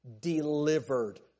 delivered